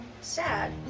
sad